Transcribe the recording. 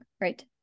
right